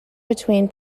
between